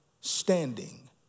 standing